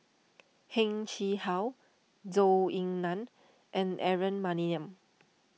Heng Chee How Zhou Ying Nan and Aaron Maniam